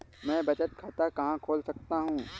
मैं बचत खाता कहाँ खोल सकता हूँ?